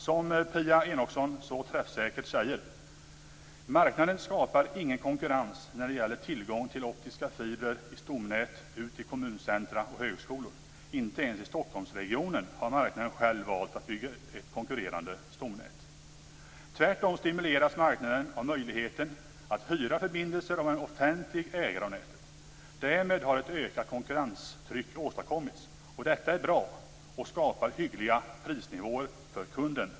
Som Pia Enochsson så träffsäkert säger: "Marknaden skapar ingen konkurrens när det gäller tillgång till optiska fibrer i stomnät ut till kommuncentra och högskolor, inte ens i Stockholmsregionen har marknaden själv valt att bygga ett konkurrerande stomnät. Tvärtom stimuleras marknaden av möjligheten att hyra förbindelser av en offentlig ägare av nätet. Därmed har ett ökat konkurrenstryck åstadkommits. Detta är bra och skapar hyggliga prisnivåer för kunden."